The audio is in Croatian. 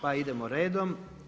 Pa idemo redom.